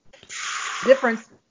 difference